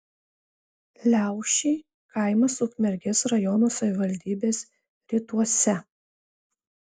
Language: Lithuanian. liaušiai kaimas ukmergės rajono savivaldybės rytuose